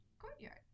courtyard